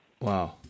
Wow